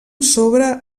sobre